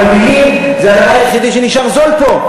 אבל מילים זה הדבר היחידי שנשאר זול פה.